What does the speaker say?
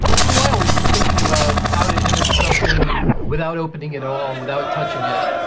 for a while we've been thinking about how to image something without opening it all, without touching it,